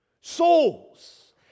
souls